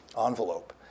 envelope